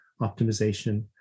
optimization